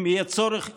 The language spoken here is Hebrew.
אם יהיה צורך,